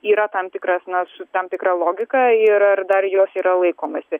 yra tam tikras na su tam tikra logika ir ar dar jos yra laikomasi